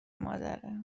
مادره